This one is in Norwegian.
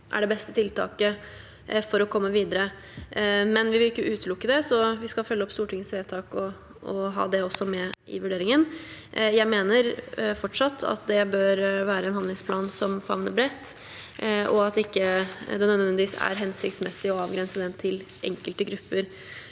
er det beste tiltaket for å komme videre. Men vi vil ikke utelukke det, så vi skal følge opp Stortingets vedtak og å ha det også med i vurderingen. Jeg mener fortsatt at det bør være en handlingsplan som favner bredt, og at det ikke nødvendigvis er hensiktsmessig å avgrense den til enkelte grupper.